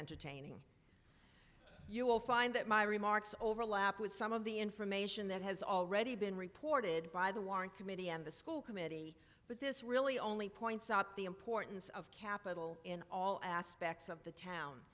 entertaining you will find that my remarks overlap with some of the information that has already been reported by the warren committee and the school committee but this really only points out the importance of capital in all aspects of the town